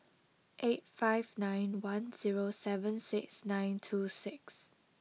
eight five nine one zero seven six nine two six